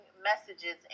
messages